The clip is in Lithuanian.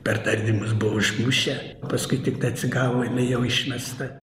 per tardymus buvo užmušę paskui tiktai atsigavo jinai jau išmesta